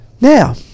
now